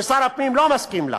ששר הפנים לא מסכים לה,